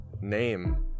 name